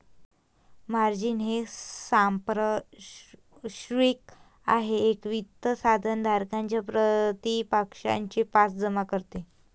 margin हे सांपार्श्विक आहे एक वित्त साधन धारकाच्या प्रतिपक्षाचे पास जमा करणे